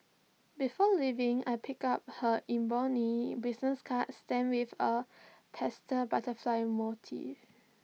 before leaving I pick up her ebony business card stamped with A pastel butterfly motif